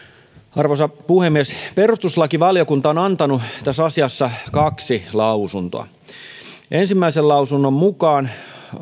arvoisa puhemies perustuslakivaliokunta on antanut tässä asiassa kaksi lausuntoa ensimmäisen lausunnon mukaan